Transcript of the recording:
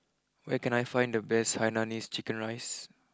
where can I find the best Hainanese Chicken Rice